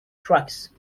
trucks